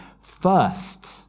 First